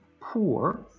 poor